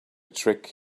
trick